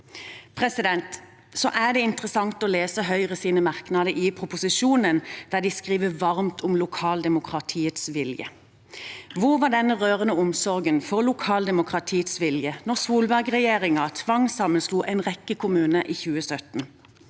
år. Det er interessant å lese Høyres merknader i innstillingen, der de skriver varmt om lokaldemokratiets vilje. Hvor var denne rørende omsorgen for lokaldemokratiets vilje da Solberg-regjeringen tvangssammenslo en rekke kommuner i 2017?